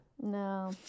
No